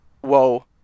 whoa